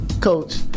coach